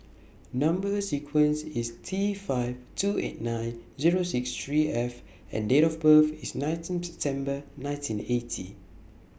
Number sequence IS T five two eight nine Zero six three F and Date of birth IS nineteen September nineteen eighty